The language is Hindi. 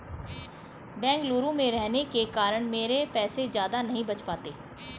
बेंगलुरु में रहने के कारण मेरे पैसे ज्यादा नहीं बच पाते